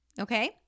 Okay